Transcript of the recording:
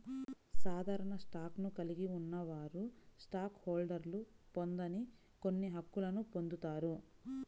సాధారణ స్టాక్ను కలిగి ఉన్నవారు స్టాక్ హోల్డర్లు పొందని కొన్ని హక్కులను పొందుతారు